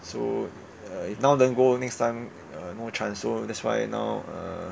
so uh if now don't go next time uh no chance so that's why now uh